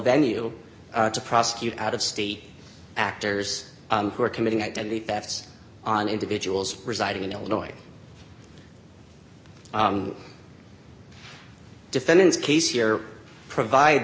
venue to prosecute out of state actors who are committing identity theft on individuals residing in illinois defendant's case here provide